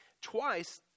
Twice